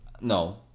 No